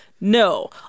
no